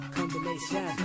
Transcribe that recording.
Combination